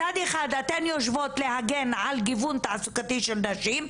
מצד אחד אתן יושבות להגן על גיוון תעסוקתי של נשים.